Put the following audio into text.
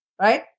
right